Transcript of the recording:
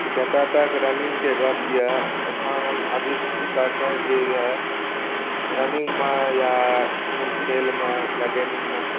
जतए तक रन्निंग के गप यऽ एखन अभीतक जे यऽ रन्निंग मे या खेल मे या कोनो गेमिंग मे